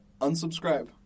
unsubscribe